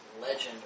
legend